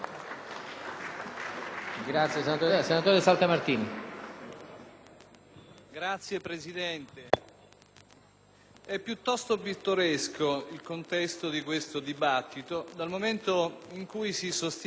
è piuttosto pittoresco il contesto di questo dibattito dal momento che si sostiene in quest'Aula la possibile esistenza dell'ipotesi per cui i cittadini italiani dovrebbero rispettare le norme giuridiche